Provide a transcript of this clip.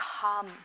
come